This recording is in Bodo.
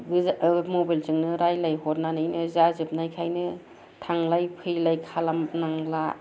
गो मबाइल जोंनो रायज्लायहरनानैनो जाजोबनायखायनो थांलाय फैलाय खालामनांला